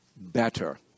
better